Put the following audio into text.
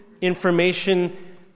information